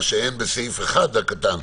מה שאין בסעיף 1 הקטן.